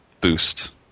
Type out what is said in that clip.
boost